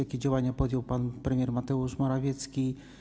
Jakie działania podjął pan premier Mateusz Morawiecki?